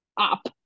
up